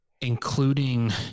Including